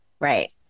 Right